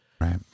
Right